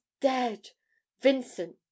dead—Vincent